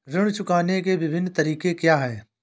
ऋण चुकाने के विभिन्न तरीके क्या हैं?